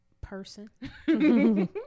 person